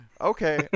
Okay